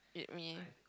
it me